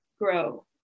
grow